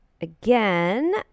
Again